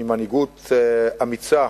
למנהיגות אמיצה,